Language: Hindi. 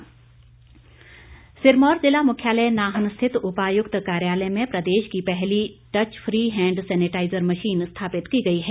मशीन सिरमौर ज़िला मुख्यालय नाहन स्थित उपायुक्त कार्यालय में प्रदेश की पहली touch free hand sanitiser machine स्थापित की गई है